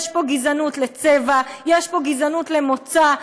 יש פה גזענות לצבע, יש פה גזענות למוצא.